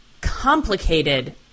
complicated